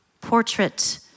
portrait